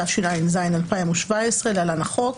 התשע"ז-2017 (להלן החוק),